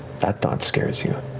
that thought scares you.